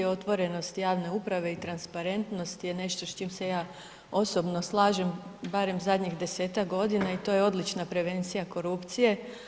Otvorenost javne uprave i transparentnost je nešto s čim se ja osobno slažem barem zadnjih 10-tak godina i to je odlična prevencija korupcije.